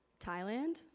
thailand?